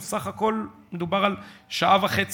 בסך הכול מדובר על שעה וחצי,